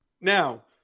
Now